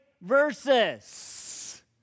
verses